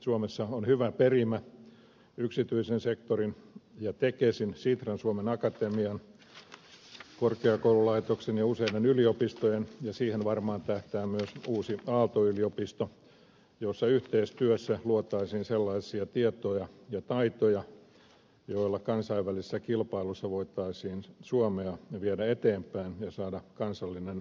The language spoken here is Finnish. suomessa on hyvä perimä yksityisen sektorin ja tekesin sitran suomen akatemian korkeakoululaitoksen ja useiden yliopistojen kesken siihen varmaan tähtää myös uusi aalto yliopisto joissa yhteistyössä luotaisiin sellaisia tietoja ja taitoja joilla kansainvälisessä kilpailussa voitaisiin suomea viedä eteenpäin ja saada kansallinen varallisuus ja elintaso entisestäänkin kasvamaan